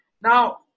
Now